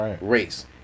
race